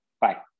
Bye